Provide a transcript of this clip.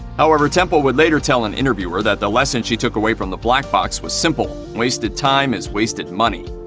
however, temple would later tell an interviewer that the lesson she took away from the black box was simple wasted time is wasted money.